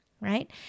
right